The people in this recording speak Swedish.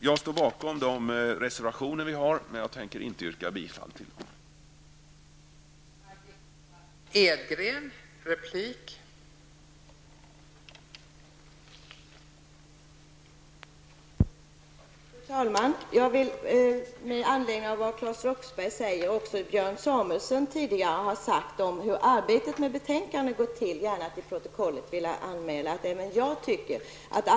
Jag står bakom de reservationer som miljöpartiet avgett, men jag tänker inte yrka bifall till dem.